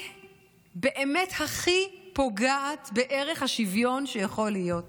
היא באמת פוגעת בערך השוויון הכי הרבה שיכול להיות,